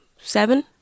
seven